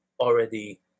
already